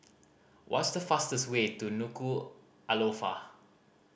what's the fastest way to Nuku'alofa